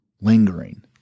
lingering